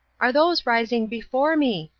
are those rising before me?